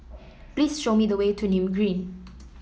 please show me the way to Nim Green